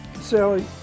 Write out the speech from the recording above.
Sally